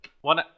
one